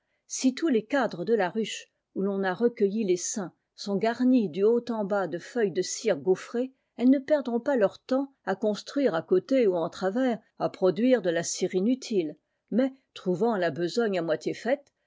si tous les cadres de la ruche ou ton a recueilli tessaim sont garnis du haut en bas de feuilles de cire gaufrée elles ne per dront pas leur temps à construire à côté ou en travers à produire de la cire inutile mais trouvant la besogne à moitié faite